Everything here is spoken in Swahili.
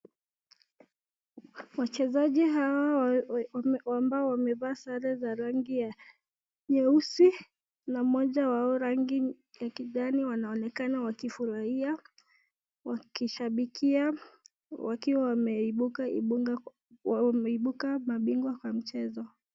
Wachezaji hawa ambao wamevaa sare za rangi ya nyeusi na mmoja wao rangi ya kijani wanaonekana wakifurahia wakishabikia wakiwa wameibuka ibuka mabingwa kwa mchezo.